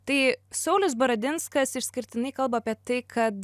tai saulius baradinskas išskirtinai kalba apie tai kad